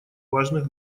важных